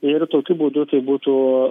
ir tokiu būdu tai būtų